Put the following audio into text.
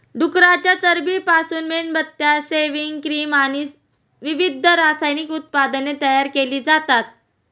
डुकराच्या चरबीपासून मेणबत्त्या, सेव्हिंग क्रीम आणि विविध रासायनिक उत्पादने तयार केली जातात